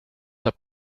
saab